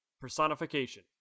Personification